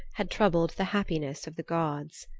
had troubled the happiness of the gods.